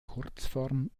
kurzform